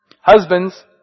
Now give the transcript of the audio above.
Husbands